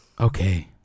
Okay